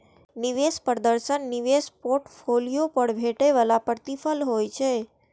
निवेश प्रदर्शन निवेश पोर्टफोलियो पर भेटै बला प्रतिफल होइ छै